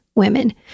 Women